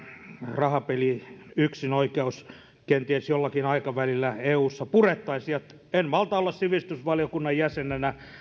rahapeliyksinoikeus kenties jollakin aikavälillä eussa purettaisiin ja en malta olla sivistysvaliokunnan jäsenenä